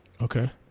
Okay